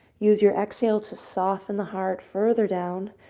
use your exhale to soften the heart further down.